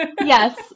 Yes